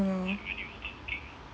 mm